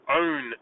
own